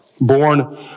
born